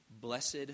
Blessed